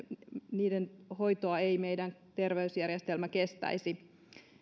niiden hoitoa ei meidän terveysjärjestelmä kestäisi